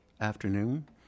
afternoon